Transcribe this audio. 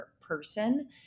person